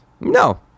No